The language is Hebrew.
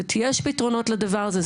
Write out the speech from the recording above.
זאת אומרת יש פתרונות לדבר הזה,